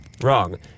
Wrong